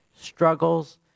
struggles